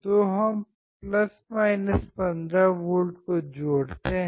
तो हम 15 V को जोड़ते हैं